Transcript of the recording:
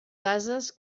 bases